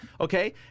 Okay